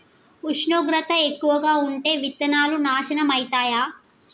ఉష్ణోగ్రత ఎక్కువగా ఉంటే విత్తనాలు నాశనం ఐతయా?